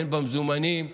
במזומנים,